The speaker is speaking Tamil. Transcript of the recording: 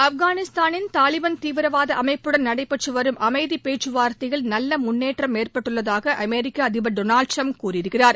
ஆப்கானிஸ்தானின் தாலிபான் தீவிரவாத அமைப்புடன் நடைபெற்று வரும் அமைதிப் பேச்சுவார்த்தையில் நல்ல முன்னேற்றம் ஏற்பட்டுள்ளதாக அமெரிக்க அதிபர் டொனால்டு ட்ரம்ப் கூறியிருக்கிறார்